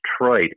Detroit